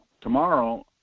tomorrow